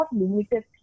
limited